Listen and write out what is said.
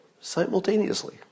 simultaneously